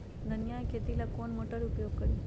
धनिया के खेती ला कौन मोटर उपयोग करी?